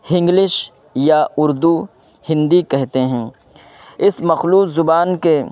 Hinglish یا اردو ہندی کہتے ہیں اس مخلوط زبان کے